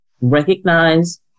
recognize